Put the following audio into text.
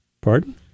Pardon